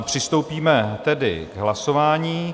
Přistoupíme tedy k hlasování.